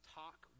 talk